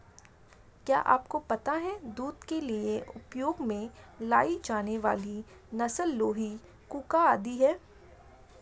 क्या आपको पता है दूध के लिए उपयोग में लाई जाने वाली नस्ल लोही, कूका आदि है?